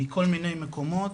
מכל מיני מקומות